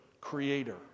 creator